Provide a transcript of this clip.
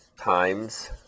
times